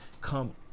come